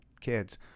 kids